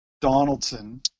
Donaldson